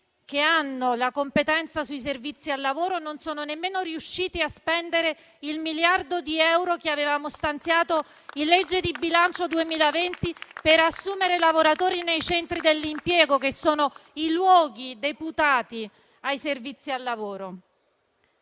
che hanno la competenza sui servizi al lavoro non sono nemmeno riuscite a spendere il miliardo di euro che avevamo stanziato in legge di bilancio 2020 per assumere i lavoratori nei centri dell'impiego, che sono i luoghi deputati ai servizi al lavoro.